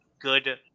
good